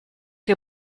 che